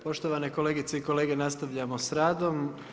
Poštovane kolegice i kolege nastavljamo s radom.